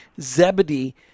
Zebedee